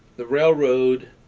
the railroad